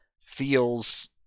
feels